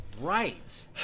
Right